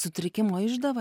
sutrikimo išdava